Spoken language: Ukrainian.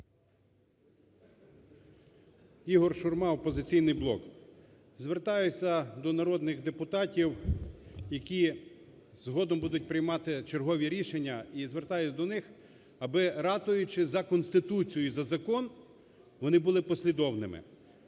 Ігор Шурма, "Опозиційний блок". Звертаюся до народних депутатів, які згодом будуть приймати чергові рішення і звертаюся до них, аби ратуючи за Конституцію і за закон, вони були послідовними.